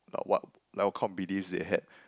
like what like what kind of beliefs they had